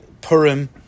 Purim